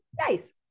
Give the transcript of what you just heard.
nice